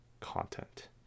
content